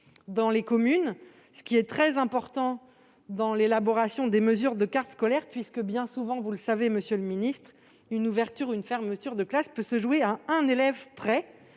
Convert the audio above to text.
dans les communes, ce qui est très important dans l'élaboration des mesures de carte scolaire puisque, bien souvent- vous le savez, monsieur le ministre -une ouverture ou une fermeture de classe peuvent se jouer à un élève près.